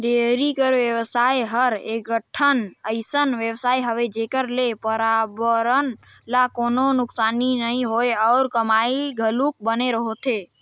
dairy कर बेवसाय हर एकठन अइसन बेवसाय हवे जेखर ले परयाबरन ल कोनों नुकसानी नइ होय अउ कमई घलोक बने होथे